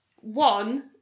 one